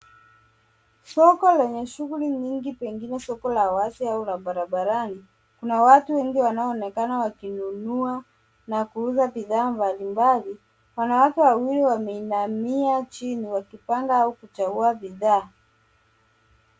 Soko lenye shughuli nyingi pengine soko la wazi au la barabarani. Kuna watu wengi wanaoonekana wakinunua na kuuza bidhaa mbalimbali. Wanawake wawili wameinamia chini, wakipanga au kuchagua bidhaa.